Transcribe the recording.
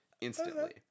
instantly